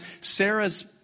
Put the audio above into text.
Sarah's